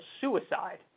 suicide